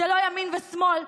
זה לא ימין ושמאל.